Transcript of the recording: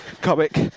comic